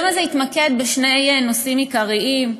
היום הזה התמקד בשני נושאים עיקריים: